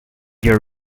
your